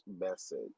message